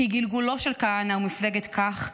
שהיא גלגולו של כהנא ומפלגת כך,